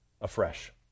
afresh